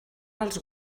els